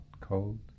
cold